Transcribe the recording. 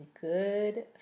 Good